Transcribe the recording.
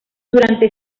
durante